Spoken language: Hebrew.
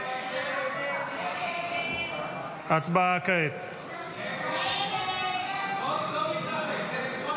ההצעה להעביר לוועדה את הצעת חוק הביטוח הלאומי (תיקון,